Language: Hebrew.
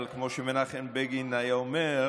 אני מסכים לכל מילה, אבל כמו שמנחם בגין היה אומר: